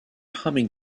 humming